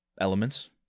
elements